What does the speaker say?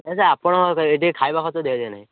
ଆଚ୍ଛା ଆପଣଙ୍କର ଏଠି ଖାଇବା ଖର୍ଚ୍ଚ ଦିଆ ଯାଏନାହିଁ